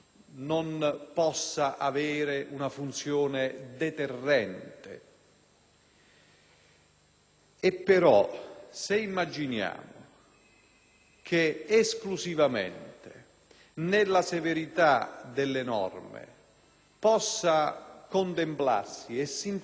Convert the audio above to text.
Se però immaginassimo che esclusivamente nella severità delle norme possa sintetizzarsi la soluzione al problema commetteremmo un gravissimo errore